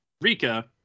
Rika